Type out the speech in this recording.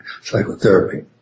psychotherapy